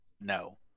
No